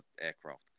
aircraft